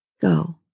go